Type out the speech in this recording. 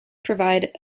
provide